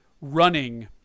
running